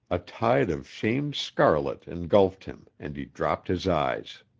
a tide of shamed scarlet engulfed him and he dropped his eyes.